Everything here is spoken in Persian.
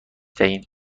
دهیم